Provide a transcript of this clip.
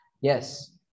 Yes